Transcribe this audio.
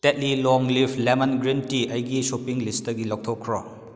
Tetley ꯂꯣꯡ ꯂꯤꯐ lemon green tea ꯑꯩꯒꯤ ꯁꯣꯞꯄꯤꯡ ꯂꯤꯁꯇꯒꯤ ꯂꯧꯊꯣꯛꯈ꯭ꯔꯣ